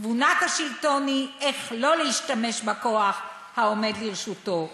תבונת השלטון היא איך לא להשתמש בכוח העומד לרשותו".